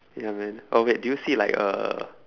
ya man oh wait do you see like a